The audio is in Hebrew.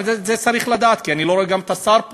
את זה צריך לדעת, כי אני לא רואה גם את השר פה,